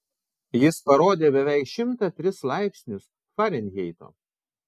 jis parodė beveik šimtą tris laipsnius farenheito